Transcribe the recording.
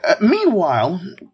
Meanwhile